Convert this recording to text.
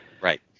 Right